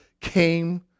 came